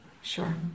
Sure